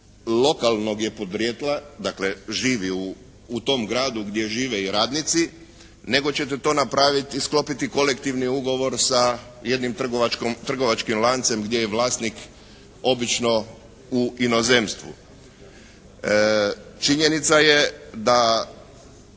lokalnog je podrijetla, dakle živi u tom gradu gdje žive i radnici, nego ćete to napraviti, sklopiti kolektivni ugovor sa jednim trgovačkim lancem gdje je vlasnik obično u inozemstvu. Činjenica je da